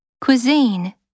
Cuisine